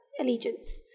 allegiance